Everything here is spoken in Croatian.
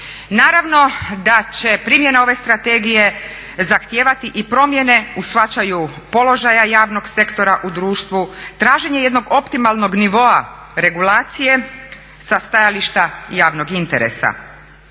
Naravno da će primjena ove strategije zahtijevati i promjene u shvaćanju položaja javnog sektora u društvu, traženje jednog optimalnog nivoa regulacije sa stajališta javnog interesa.